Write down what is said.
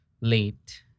late